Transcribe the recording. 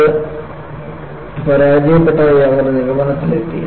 അത് പരാജയപ്പെട്ടതായി അവർ നിഗമനത്തിലെത്തി